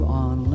on